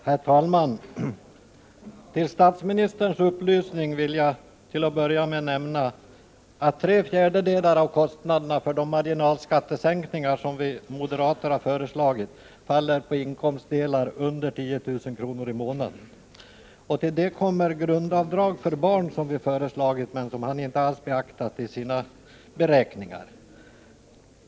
Herr talman! Till statsministerns upplysning vill jag till att börja med nämna att tre fjärdedelar av kostnaderna för de marginalskattesänkningar som vi moderater har föreslagit faller på inkomstdelar under 10 000 kr. i månaden. Till det kommer grundavdrag för barn, som vi har föreslagit men som statsministern inte alls beaktade i sina beräkningar.